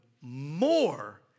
more